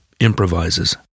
improvises